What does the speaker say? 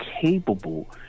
capable